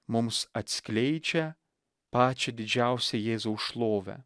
mums atskleidžia pačią didžiausią jėzaus šlovę